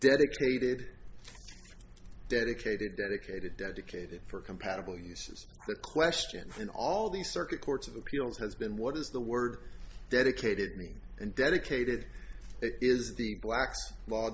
dedicated dedicated dedicated dedicated for compatible uses the question in all the circuit courts of appeals has been what does the word dedicated mean and dedicated is the black's law